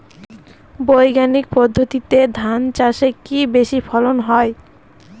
বৈজ্ঞানিক পদ্ধতিতে ধান চাষে কি বেশী ফলন হয়?